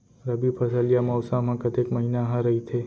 रबि फसल या मौसम हा कतेक महिना हा रहिथे?